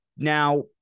Now